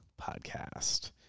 podcast